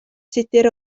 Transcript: tudur